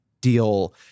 deal –